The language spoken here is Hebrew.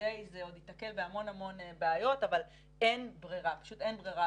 כדי זה עוד ייתקל בהמון בעיות אבל אין ברירה אחרת.